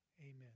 Amen